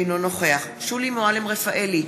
אינו נוכח שולי מועלם-רפאלי,